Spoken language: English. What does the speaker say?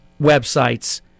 websites